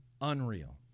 unreal